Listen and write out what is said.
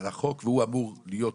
החוק והוא אמור להיות